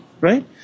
Right